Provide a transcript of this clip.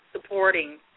supporting